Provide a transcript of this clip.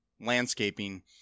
landscaping